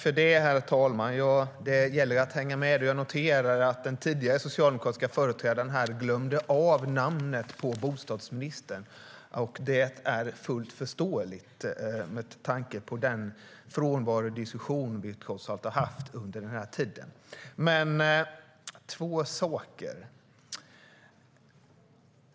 Herr talman! Jag noterar att den tidigare socialdemokratiska företrädaren glömde bostadsministerns namn. Det är fullt förståeligt med tanke på den frånvarodiskussion vi trots allt har haft under den här tiden. Jag ska ta upp två saker.